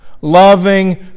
loving